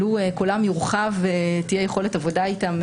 לו קולם יורחב ותהיה יכולת עבודה איתם,